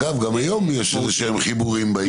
אגב, גם היום יש איזה חיבורים בעניין הזה.